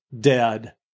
Dead